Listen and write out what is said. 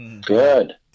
good